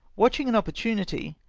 watching an opportunity,